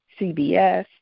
CBS